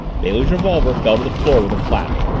bailey's revolver fell to the floor with a clatter.